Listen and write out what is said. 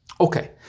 Okay